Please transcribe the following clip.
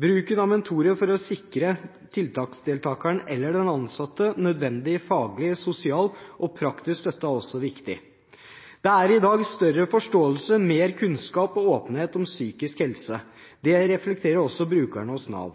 Bruken av mentorer for å sikre tiltaksdeltakeren eller den ansatte nødvendig faglig, sosial og praktisk støtte er også viktig. Det er i dag større forståelse, mer kunnskap og åpenhet om psykisk helse. Det reflekterer også brukerne av Nav.